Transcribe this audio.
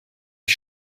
ich